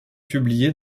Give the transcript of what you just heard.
publiée